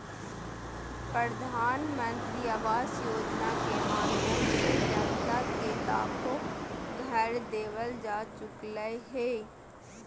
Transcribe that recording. प्रधानमंत्री आवास योजना के माध्यम से जनता के लाखो घर देवल जा चुकलय हें